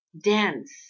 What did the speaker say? dance